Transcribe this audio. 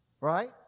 right